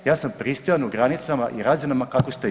Ja sam pristojan u granicama i razinama kako ste i vi.